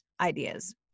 ideas